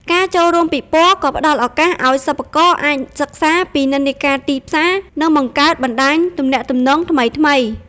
ការចូលរួមពិព័រណ៍ក៏ផ្តល់ឱកាសឱ្យសិប្បករអាចសិក្សាពីនិន្នាការទីផ្សារ និងបង្កើតបណ្ដាញទំនាក់ទំនងថ្មីៗ។